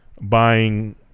buying